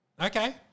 Okay